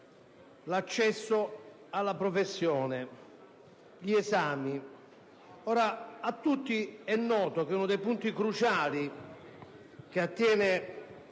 l'accesso alla professione, gli esami. A tutti è noto che uno dei punti cruciali che attiene